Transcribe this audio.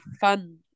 fun